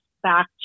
back